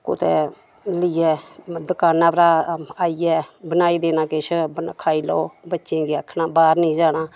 कुतै लेइयै दकानै उप्परा आइयै बनाई देना किश खाई लैओ बच्चे गी आखना बाहर निं जाना